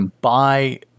buy